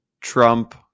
Trump